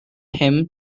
him